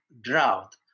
drought